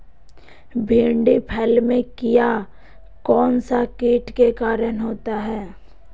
भिंडी फल में किया कौन सा किट के कारण होता है?